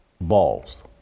balls